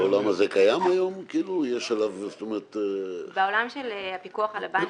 יש לנו הסכם איתו שפעולת התשלום היא שהוא יקבל את הכסף בכל מקרה.